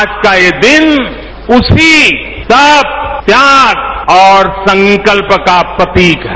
आज का ये दिन उसी तप त्याग और संकल्प का प्रतीक है